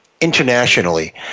internationally